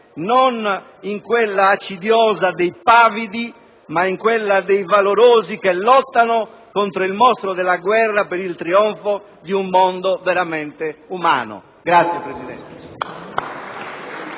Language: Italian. non in quella accidiosa dei pavidi, ma in quella dei valorosi che lottano contro il mostro della guerra per il trionfo di un mondo veramente umano». *(Applausi